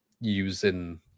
using